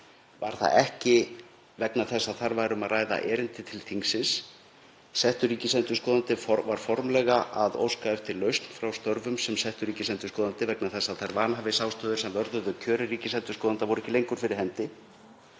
var það ekki vegna þess að þar væri um að ræða erindi til þingsins. Settur ríkisendurskoðandi var formlega að óska eftir lausn frá störfum sem settur ríkisendurskoðandi vegna þess að þær vanhæfisástæður sem vörðuðu kjörinn ríkisendurskoðanda voru ekki lengur fyrir hendi.